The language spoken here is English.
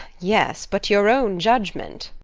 yes but your own judgment